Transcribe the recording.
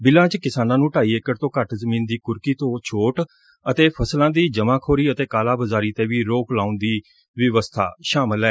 ਬਿੱਲਾਂ ਚ ਕਿਸਾਨਾਂ ਨੂੰ ਢਾਈ ਏਕੜ ਤੋਂ ਘੱਟ ਜ਼ਮੀਨ ਦੀ ਕੁਰਕੀ ਤੋਂ ਛੋਟ ਅਤੇ ਫਸਲਾਂ ਦੀ ਜਮਾਂ ਖੋਰੀ ਅਤੇ ਕਾਲਾ ਬਾਜ਼ਾਰੀ ਤੇ ਵੀ ਰੋਕ ਲਾਉਣ ਦੀ ਵਿਵਸਬਾ ਵੀ ਸ਼ਾਮਲ ਐ